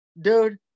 Dude